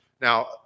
Now